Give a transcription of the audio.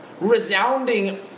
resounding